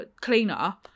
cleaner